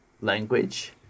language